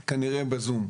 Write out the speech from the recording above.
ב-זום.